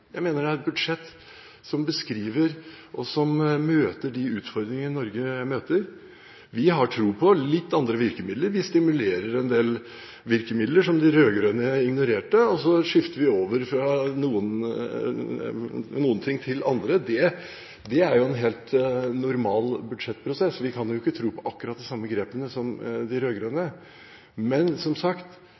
Jeg mener det er et budsjett som beskriver og møter de utfordringene Norge møter. Vi har tro på litt andre virkemidler. Vi stimulerer en del virkemidler som de rød-grønne ignorerte, og så skifter vi over fra noen ting til andre. Det er jo en helt normal budsjettprosess. Vi kan jo ikke tro på akkurat de samme grepene som de rød-grønne. Men, som sagt,